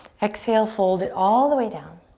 exhale, fold it all the way down.